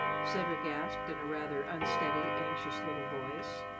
cedric asked in a rather unsteady, anxious little voice.